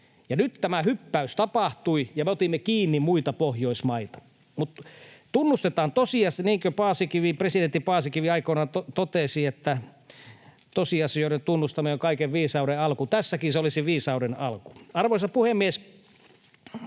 Nyt tämä hyppäys tapahtui ja me otimme kiinni muita Pohjoismaita, mutta tunnustetaan tosiasia. Niin kuin presidentti Paasikivi aikoinaan totesi, ”tosiasioiden tunnustaminen on kaiken viisauden alku”. Tässäkin se olisi viisauden alku. Arvoisa puhemies!